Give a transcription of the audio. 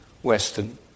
Western